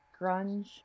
grunge